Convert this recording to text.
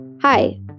Hi